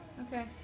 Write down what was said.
Okay